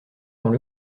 qu’on